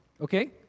Okay